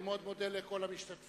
אני מאוד מודה לכל המשתתפים